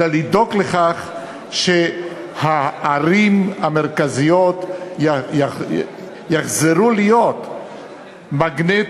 אלא לדאוג לכך שהערים המרכזיות יחזרו להיות מגנט